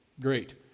Great